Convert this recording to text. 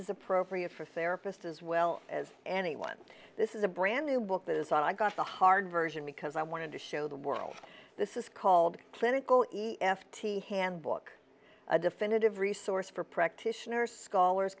is appropriate for serapis as well as anyone this is a brand new book as i got the hard version because i wanted to show the world this is called clinical e f t handbook a definitive resource for practitioners scholars